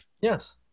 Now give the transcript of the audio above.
Yes